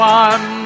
one